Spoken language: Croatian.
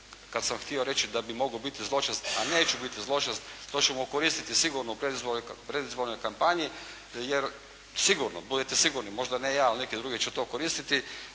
kad sam htio reći da bi mogao biti zločest a neću biti zločest, to ćemo koristiti sigurno u predizbornoj kampanji jer sigurno, budite sigurni možda ne ja ali neki drugi će to koristiti